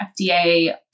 FDA